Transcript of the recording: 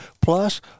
plus